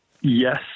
Yes